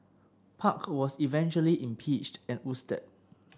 park was eventually impeached and ousted